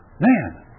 man